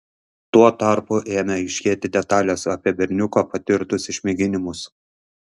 tuo tarpu ėmė aiškėti detalės apie berniuko patirtus išmėginimus